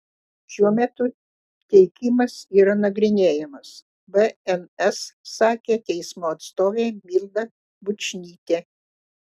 šiuo metu teikimas yra nagrinėjamas bns sakė teismo atstovė milda bučnytė